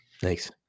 Thanks